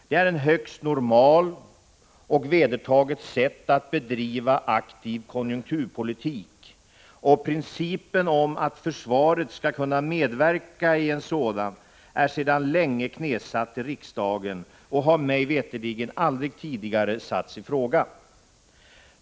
Det är ett högst normalt och vedertaget sätt att bedriva en aktiv konjunkturpolitik, och principen om att försvaret skall kunna medverka i en sådan är sedan länge knäsatt i riksdagen och har mig veterligt aldrig tidigare satts i fråga.